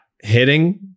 hitting